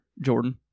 Jordan